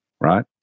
right